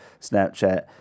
Snapchat